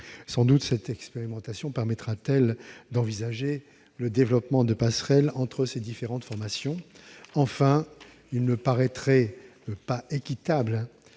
Sans doute cette expérimentation permettra-t-elle d'envisager le développement de passerelles entre ces différentes formations. Enfin, il ne me paraîtrait pas équitable